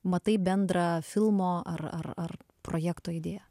matai bendrą filmo ar ar ar projekto idėją